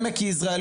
עמק יזרעאל,